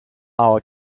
our